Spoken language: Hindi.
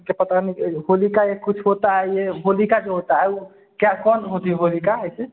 क्या पता नहीं होलिका या कुछ होता है ये होलिका जो होता है उ क्या कौन होती है होलिका ऐसे